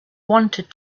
wanted